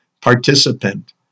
participant